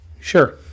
Sure